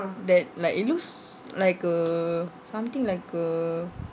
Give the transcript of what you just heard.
that like it looks like a something like a